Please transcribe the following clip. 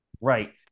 Right